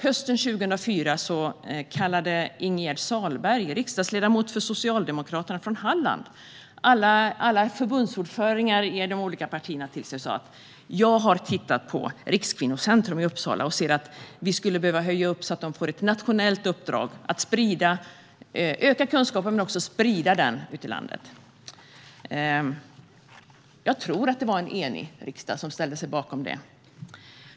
Hösten 2004 kallade Ingegerd Sahlström, tidigare riksdagsledamot för Socialdemokraterna från Halland, alla förbundsordförande i de olika partierna till sig och sa: Jag har tittat på Rikskvinnocentrum i Uppsala och ser att vi skulle behöva höja upp så att de får ett nationellt uppdrag att öka kunskapen men också sprida den ut i landet. Jag tror att det var en enig riksdag som ställde sig bakom det.